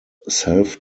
self